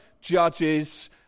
Judges